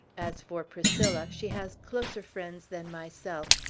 as for priscilla, she has closer friends than myself,